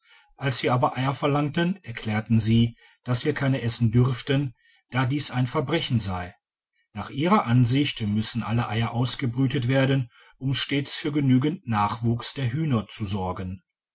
als wir aber eier verlangten erklärten sie das wir keine essen dürften da dies ein verbrechen sei nach ihrer ansicht müssen alle eier ausgebrütet werden um stets für genügenden nachwuchs der hühner zu sorgen